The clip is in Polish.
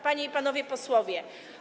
Panie i Panowie Posłowie!